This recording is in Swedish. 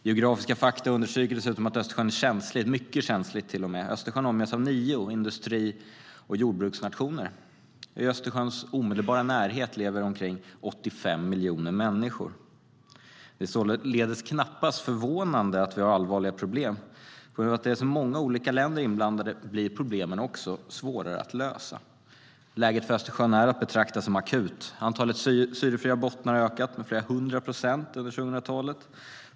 Geografiska fakta understryker dessutom att Östersjön är känslig, till och med mycket känslig. Östersjön omges av nio industri och jordbruksnationer, och i Östersjöns omedelbara närhet lever omkring 85 miljoner människor. Det är således knappast förvånande att vi har allvarliga problem. På grund av att det är många olika länder inblandade blir problemen också svåra att lösa. Läget för Östersjön är att betrakta som akut. Antalet syrefria bottnar har ökat med flera hundra procent under 2000-talet.